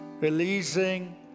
releasing